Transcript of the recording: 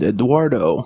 Eduardo